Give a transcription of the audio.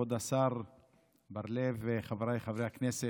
כבוד השר בר לב וחבריי חברי הכנסת,